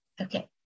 Okay